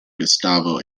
gustavo